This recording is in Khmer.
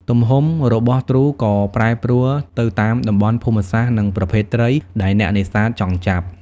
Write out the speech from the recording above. ទំហំរបស់ទ្រូក៏ប្រែប្រួលទៅតាមតំបន់ភូមិសាស្ត្រនិងប្រភេទត្រីដែលអ្នកនេសាទចង់ចាប់។